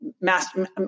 master